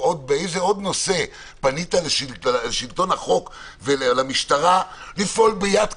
באיזה עוד נושא פנית לשלטון החוק ולמשטרה לפעול ביד קשה?